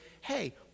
hey